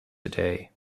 today